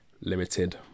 limited